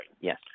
Yes